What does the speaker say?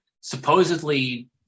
supposedly